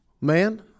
man